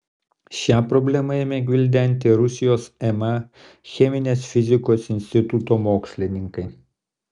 šią problemą ėmė gvildenti rusijos ma cheminės fizikos instituto mokslininkai